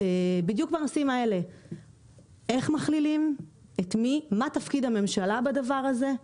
איך מכלילים, את מי, מה תפקיד הממשלה בדבר הזה,